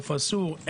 היכן אסור.